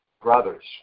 brothers